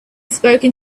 spoken